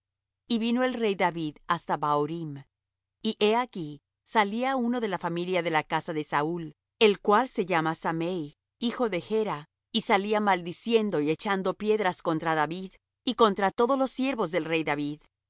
y vino el rey david hasta bahurim y he aquí salía uno de la familia de la casa de saúl el cual se llamaba semei hijo de gera y salía maldiciendo y echando piedras